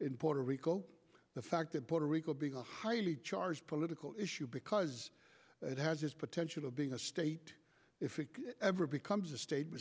in puerto rico the fact that puerto rico being a highly charged political issue because it has this potential of being a state if it ever becomes a state